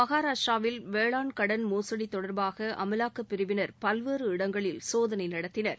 மகாராஷ்டிராவில்வேளாண் கடன் மோசடி தொடர்பாக அமலாக்கப் பிரிவினர் பல்வேறு இடங்களில் சோதனை நடத்தினர்